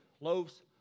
loaves